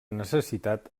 necessitat